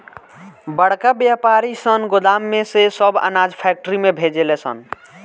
बड़का वायपारी सन गोदाम में से सब अनाज फैक्ट्री में भेजे ले सन